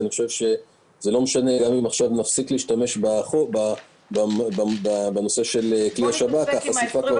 גם אם נפסיק להשתמש בכלי השב"כ, החשיפה כבר נעשתה.